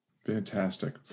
Fantastic